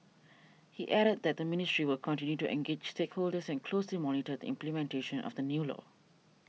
he added that the ministry will continue to engage stakeholders and closely monitor the implementation of the new law